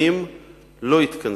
שנים לא התכנסה.